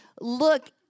look